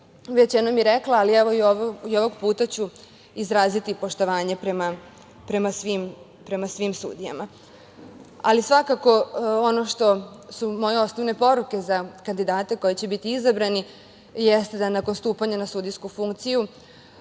Već jednom sam rekla, ali ću i ovog puta izraziti poštovanje prema svim sudijama. Moje osnovne poruke za kandidate koji će biti izabrani jeste da nakon stupanja na sudijsku funkciju